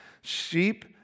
Sheep